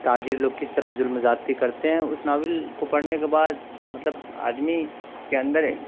تاجر لوگ کس طرح ظلم و زیادتی کرتے ہیں اس ناول کو پڑھنے کے بعد مطلب آدمی کے اندر